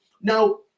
now